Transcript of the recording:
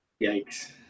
Yikes